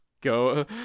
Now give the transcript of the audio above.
go